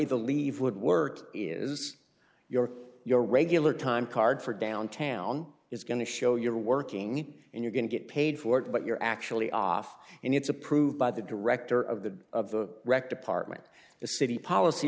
the leave would work is your your regular time card for downtown is going to show you're working and you're going to get paid for it but you're actually off and it's approved by the director of the of the rec department the city policy